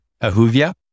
Ahuvia